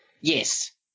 Yes